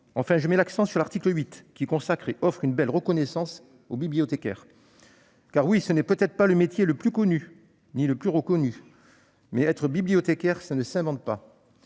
Enfin, je mets l'accent sur l'article 8 qui consacre et offre une belle reconnaissance aux bibliothécaires. Car ce n'est peut-être pas le métier le plus connu, ni le plus reconnu, mais être bibliothécaire ne s'invente pas.